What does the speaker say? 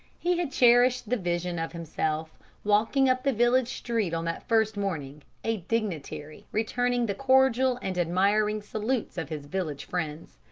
he had cherished the vision of himself walking up the village street on that first morning, a dignitary returning the cordial and admiring salutes of his village friends.